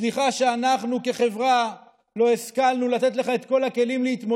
סליחה שאנחנו כחברה לא השכלנו לתת לך את כל הכלים להשתלב,